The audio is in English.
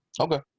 Okay